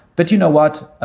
but you know what?